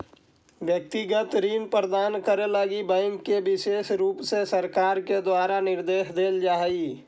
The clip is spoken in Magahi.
व्यक्तिगत ऋण प्रदान करे लगी बैंक के विशेष रुप से सरकार के द्वारा निर्देश देल जा हई